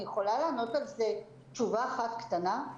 אני יכולה לענות על זה תשובה אחת קטנה?